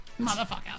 Motherfucker